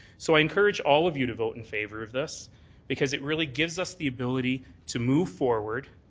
so i encourage all of you to vote in favour of this because it really gives us the ability to move forward,